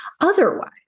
otherwise